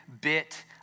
bit